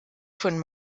von